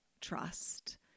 trust